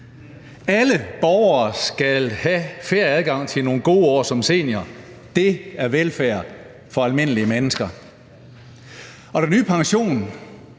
Alle borgere skal have fair adgang til nogle gode år som seniorer. Det er velfærd for almindelige mennesker. Den nye pension